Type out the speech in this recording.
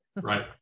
right